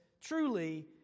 truly